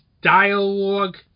dialogue